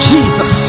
Jesus